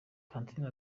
tantine